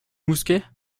mousquet